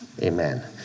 Amen